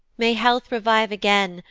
may health revive again,